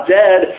dead